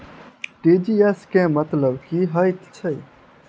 TGS केँ मतलब की हएत छै?